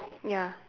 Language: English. ya